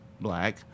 black